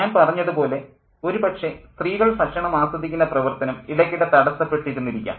ഞാൻ പറഞ്ഞതുപോലെ ഒരു പക്ഷേ സ്ത്രീകൾ ഭക്ഷണം ആസ്വദിക്കുന്ന പ്രവർത്തനം ഇടയ്ക്കിടെ തടസപ്പെട്ടിരുന്നിരിക്കാം